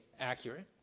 accurate